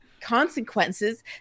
Consequences